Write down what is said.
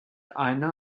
eine